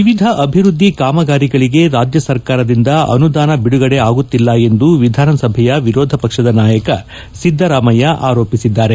ವಿವಿಧ ಅಭಿವ್ಯದ್ಧಿ ಕಾಮಗಾರಿಗಳಿಗೆ ರಾಜ್ಯ ಸರ್ಕಾರದಿಂದ ಅನುದಾನ ಬಿಡುಗಡೆ ಆಗುತ್ತಿಲ್ಲ ಎಂದು ವಿಧಾನಸಭೆಯ ವಿರೋಧ ಪಕ್ಷದ ನಾಯಕ ಸಿದ್ದರಾಮಯ್ಯ ಆರೋಪಿಸಿದ್ದಾರೆ